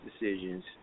decisions